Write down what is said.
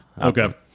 Okay